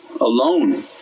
alone